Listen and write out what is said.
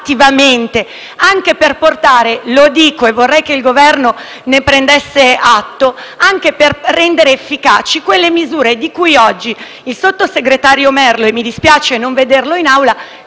attivamente - lo dico e vorrei che il Governo ne prendesse atto - anche per rendere efficaci quelle misure di cui oggi il sottosegretario Merlo, che mi spiace non vedere in Aula,